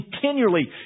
continually